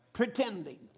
Pretending